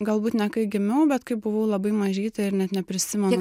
galbūt ne kai gimiau bet kai buvau labai mažytė ir net neprisimenu